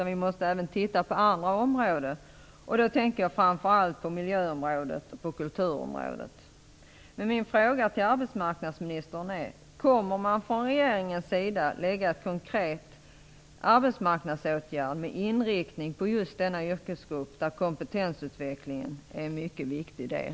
Vi måste titta även på andra områden, och då tänker jag framför allt på miljöområdet och kulturområdet. Kommer man från regeringens sida att lägga fram förslag om konkreta arbetsmarknadsåtgärder med inriktning på just denna yrkesgrupp där kompetensutvecklingen är en mycket viktig del?